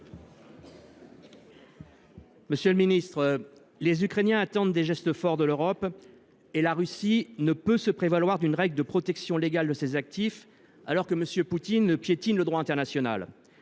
Monsieur le ministre, les Ukrainiens attendent des gestes forts de la part de l’Europe et la Russie ne peut se prévaloir d’une règle de protection légale de ses actifs alors que M. Poutine piétine le droit international.